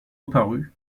reparut